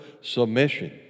submission